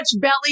belly